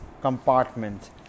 compartments